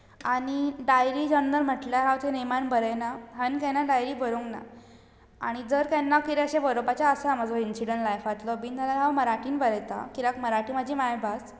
आनी diary journal म्हणल्यार हांव तितून नेमान बरयना हांवें केन्ना डायरी बरोवंक ना आनी जर केन्ना कितें अशें बरोवपाचें आसा म्हजो इन्सिडंट लायफांतलो बीन जाल्यार हांव मराठींत बरयतां कित्याक मराठी म्हजी मायभास